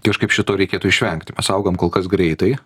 kažkaip šito reikėtų išvengti mes augam kol kas greitai